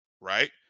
right